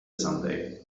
someday